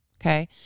Okay